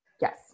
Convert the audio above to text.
Yes